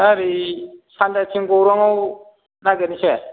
ना ओरै सानजाथिं गौरांआव नागेरहैनोसै